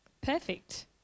Perfect